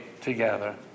together